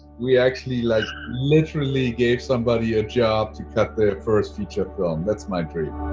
we actually, like literally gave somebody a job to cut their first feature film. that's my dream.